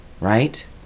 Right